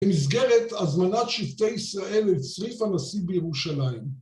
במסגרת הזמנת שבטי ישראל לצריף הנשיא בירושלים